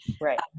Right